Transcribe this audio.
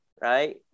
right